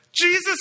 Jesus